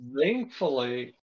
thankfully